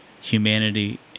humanity